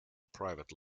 private